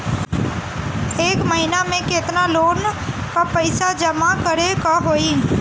एक महिना मे केतना लोन क पईसा जमा करे क होइ?